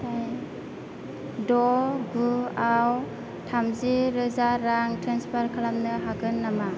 द गु आव थामजि रोजा रां ट्रेनस्फार खालामनो हागोन नामा